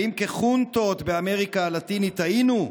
האם כחונטות באמריקה הלטינית היינו?